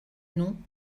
nom